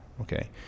Okay